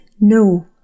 no